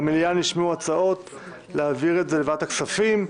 במליאה נשמעו הצעות להעביר את זה לוועדת הכספים,